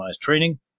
training